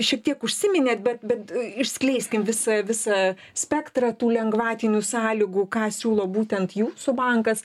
šiek tiek užsiminėt bet bet išskleiskim visą visą spektrą tų lengvatinių sąlygų ką siūlo būtent jųsų bankas